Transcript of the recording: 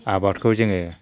आबादखौ जोङो